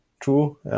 True